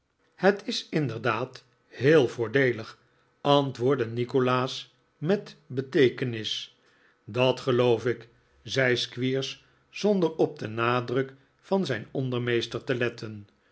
het is inderdaad heel voordeelig antwoordde nikolaas met beteekenis dat geloof ik zei squeers zonder op den nadruk van zijn ondermeester te letten